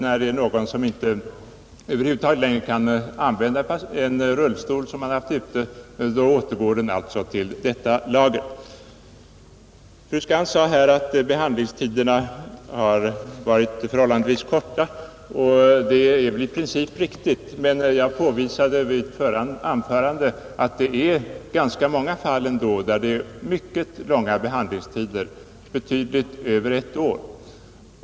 När någon inte längre kan använda en rullstol som han har haft ute, återgår den alltså till detta lager. Fru Skantz sade här att behandlingstiderna för ärendena varit förhållandevis korta, och det är väl i princip riktigt. Men jag påvisade i mitt förra anförande att det ändå är ganska många fall där handläggningstiderna är mycket långa — betydligt över ett år.